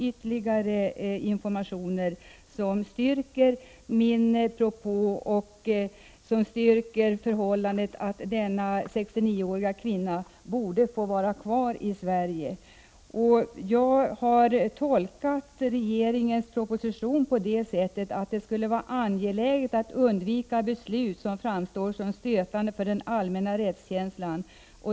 Ytterligare information har framkommit som styrker min propå och uppfattningen att denna sextionioåriga kvinna borde få stanna kvar i Sverige. Regeringens proposition har jag tolkat på det sättet att det skulle vara angeläget att undvika beslut som framstår som stötande för den allmänna rättskänslan.